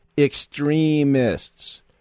Extremists